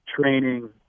training